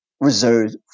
reserved